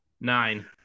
nine